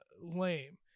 lame